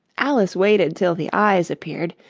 alice waited till the eyes appeared,